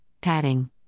padding